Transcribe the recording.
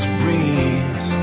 breeze